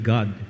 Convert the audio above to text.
God